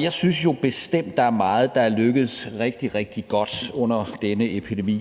Jeg synes jo bestemt, at der er meget, der er lykkedes rigtig, rigtig godt under denne epidemi.